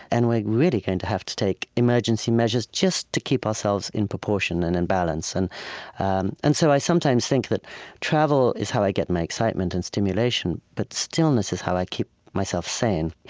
and we're really going to have to take emergency measures just to keep ourselves in proportion and in balance. and and and so i i sometimes think that travel is how i get my excitement and stimulation, but stillness is how i keep myself sane.